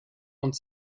und